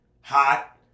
hot